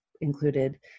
included